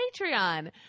Patreon